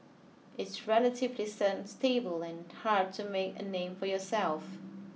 it's relatively seems stable and hard to make a name for yourself